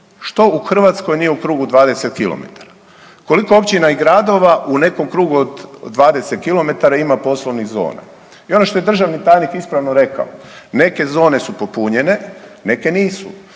Što mi u Hrvatskoj nije u krugu 20 km? Koliko općina i gradova u nekom krugu od 20 km ima poslovnih zona? I ono što je državni tajnik ispravno rekao, neke zone su popunjene, neke nisu,